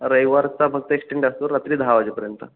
रविवारचा फक्त एक्स्टेंड असतो रात्री दहा वाजेपर्यंत